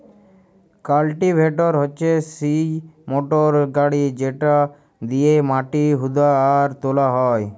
cultivator হচ্যে সিই motor গাড়ি যেটা দিয়েক মাটি হুদা আর তোলা হয়